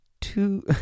two